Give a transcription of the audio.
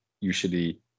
usually